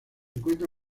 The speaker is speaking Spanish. encuentra